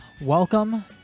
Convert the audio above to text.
welcome